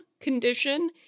condition